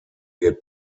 wird